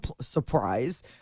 surprise